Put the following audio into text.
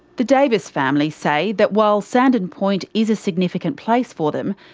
the davis family say that while sandon point is a significant place for them,